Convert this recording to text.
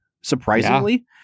Surprisingly